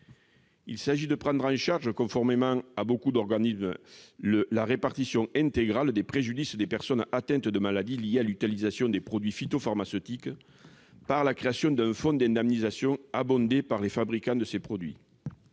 Il s'agit de prendre en charge la réparation intégrale des préjudices des personnes atteintes de maladies liées à l'utilisation des produits phytopharmaceutiques, par la création d'un fonds d'indemnisation abondé par les fabricants de ces produits.